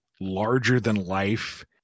larger-than-life